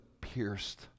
pierced